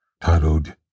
titled